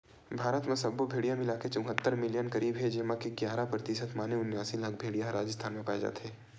भारत म सब्बो भेड़िया मिलाके चउहत्तर मिलियन करीब हे जेमा के गियारा परतिसत माने उनियासी लाख भेड़िया ह राजिस्थान म पाए जाथे